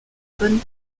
bonnes